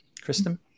kristen